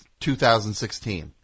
2016